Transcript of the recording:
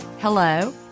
hello